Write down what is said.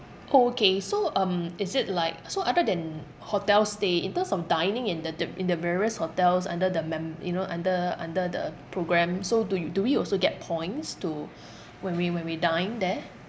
orh okay so um is it like so other than hotel stay in terms of dining in the the in the various hotels under the mem~ you know under under the programme so do you do we also get points to when we when we dine there